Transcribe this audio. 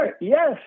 Yes